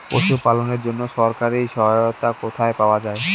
পশু পালনের জন্য সরকারি সহায়তা কোথায় পাওয়া যায়?